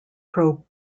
pro